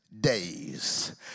days